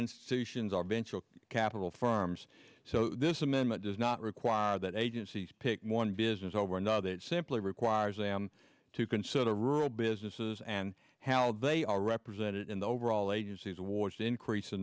institutions or venture capital firms so this amendment does not require that agencies pick one business over another it simply requires them to consider the rural businesses and how they are represented in the overall agency's wards increas